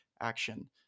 action